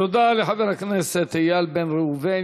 תודה לחבר הכנסת איל בן ראובן.